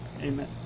Amen